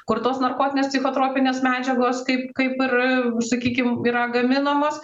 kur tos narkotinės psichotropinės medžiagos kaip kaip ir sakykim yra gaminamos